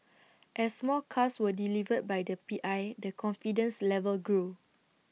as more cars were delivered by the P I the confidence level grew